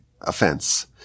offense